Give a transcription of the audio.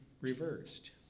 reversed